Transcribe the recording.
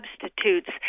substitutes